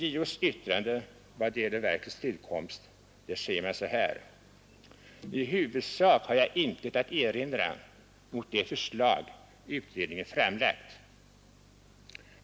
I JO: yttrande i vad gäller verkets tillkomst sägs följande: ”I huvudsak har jag intet att erinra mot det förslag utredningen framlagt.